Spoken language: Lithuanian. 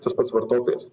tas pats vartotojas